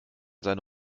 seine